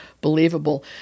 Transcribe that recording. believable